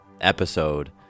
episode